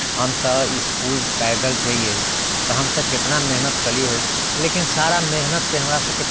हमसब इसकुल पैदल जैये तऽ हमसब केतना मेहनत कयलियै लेकिन सारा मेहनतपर हमरा सबके